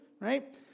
Right